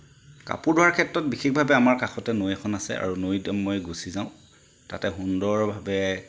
কাপোৰ ধোৱাৰ ক্ষেত্ৰত বিশেষভাৱে আমাৰ কাষতে নৈ এখন আছে আৰু নৈত মই গুচি যাওঁ তাতে সুন্দৰভাৱে